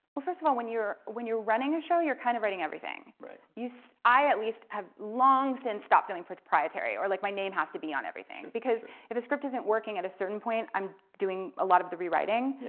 but first of all, when you're when you're running a show you're kind of writing everything. so i at least have long since stopped feeling proprietary or like my name has to be on everything, because if the script isn't working at a certain point i'm doing a lot of the rewriting.